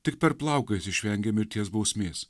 tik per plauką jis išvengė mirties bausmės